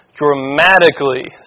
dramatically